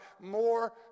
more